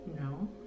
No